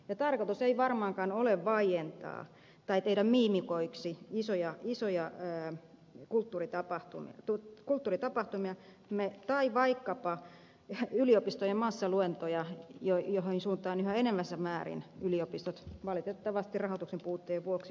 ja tarkoitus ei varmaankaan ole vaientaa tai tehdä miimikoiksi isoja kulttuuritapahtumia tai vaikkapa yliopistojen massaluentoja joiden suuntaan yhä enenevässä määrin yliopistot valitettavasti rahoituksen puutteen vuoksi ovat menossa